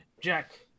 jack